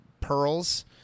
pearls